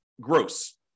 gross